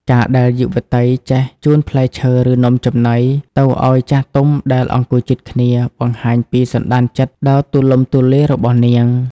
ការដែលយុវតីចេះ "ជូនផ្លែឈើ ឬនំចំណី" ទៅឱ្យចាស់ទុំដែលអង្គុយជិតគ្នា បង្ហាញពីសណ្ដានចិត្តដ៏ទូលំទូលាយរបស់នាង។